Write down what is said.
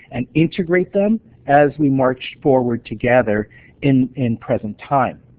and integrate them as we march forward together in in present time.